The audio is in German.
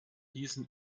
diesen